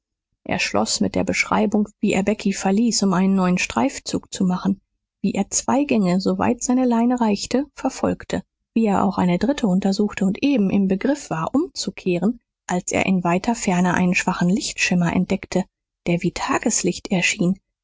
er schloß mit der beschreibung wie er becky verließ um einen neuen streifzug zu machen wie er zwei gänge so weit seine leine reichte verfolgte wie er auch eine dritte untersuchte und eben im begriff war umzukehren als er in weiter ferne einen schwachen lichtschimmer entdeckte der wie tageslicht erschien